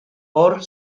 hor